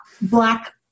Black